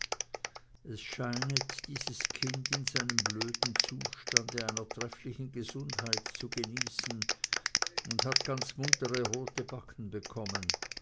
es scheinet dieses kind in seinem blöden zustande einer trefflichen gesundheit zu genießen und hat ganz muntere rothe backen bekommen